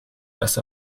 erst